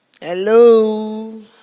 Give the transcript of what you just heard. Hello